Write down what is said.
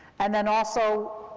and then also,